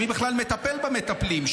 מי בכלל מטפל במטפלים?